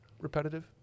repetitive